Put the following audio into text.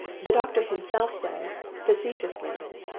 the doctor himself says, facetiously,